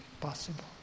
possible